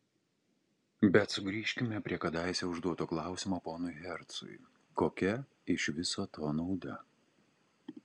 bet sugrįžkime prie kadaise užduoto klausimo ponui hercui kokia iš viso to nauda